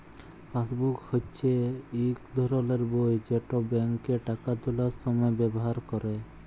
passbook হচ্যে ইক ধরলের বই যেট ব্যাংকে টাকা তুলার সময় ব্যাভার ক্যরে